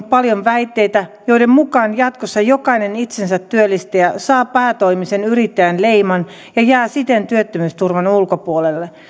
paljon väitteitä joiden mukaan jatkossa jokainen itsensä työllistäjä saa päätoimisen yrittäjän leiman ja jää siten työttömyysturvan ulkopuolelle